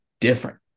different